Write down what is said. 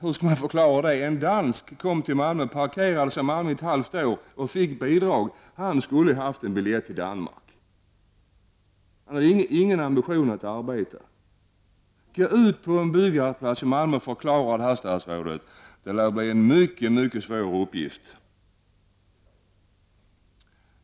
Hur kan det förklaras? En dansk kom över till Malmö, för att ta ett annat exempel, och stannade ett halvår. Han fick bidrag. Men jag tycker att han i stället skulle ha fått en returbiljett till Danmark. Han hade inga ambitioner att arbeta. Gå ut på en byggarbetsplats i Malmö och förklara hur det ligger till, statsrådet! Det lär bli en mycket svår uppgift.